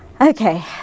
Okay